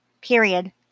Period